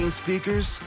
speakers